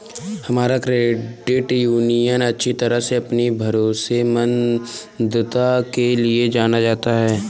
हमारा credit union अच्छी तरह से अपनी भरोसेमंदता के लिए जाना जाता है